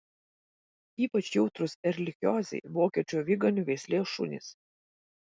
ypač jautrūs erlichiozei vokiečių aviganių veislės šunys